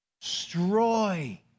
destroy